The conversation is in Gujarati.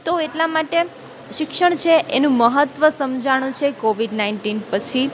તો એટલાં માટે શિક્ષણ છે એનું મહત્ત્વ સમજાયું છે કોવિદ નાઇન્ટીન પછી